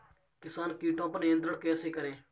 किसान कीटो पर नियंत्रण कैसे करें?